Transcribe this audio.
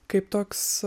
kaip toks